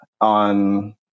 on